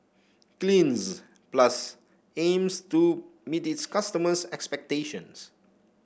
Cleanz Plus aims to meet its customers' expectations